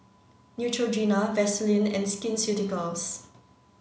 Neutrogena Vaselin and Skin Ceuticals